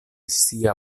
sia